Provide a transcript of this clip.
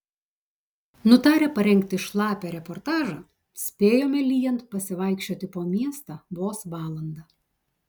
nutarę parengti šlapią reportažą spėjome lyjant pasivaikščioti po miestą vos valandą